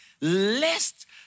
lest